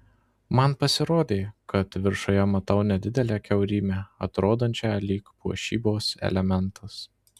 man pasirodė kad viršuje matau nedidelę kiaurymę atrodančią lyg puošybos elementas